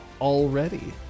already